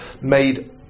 made